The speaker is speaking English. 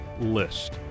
list